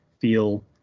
feel